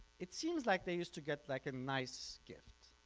it seems like they used to get like a nice gift.